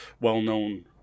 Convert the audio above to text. well-known